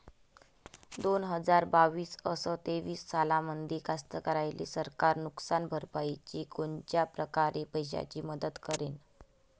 दोन हजार बावीस अस तेवीस सालामंदी कास्तकाराइले सरकार नुकसान भरपाईची कोनच्या परकारे पैशाची मदत करेन?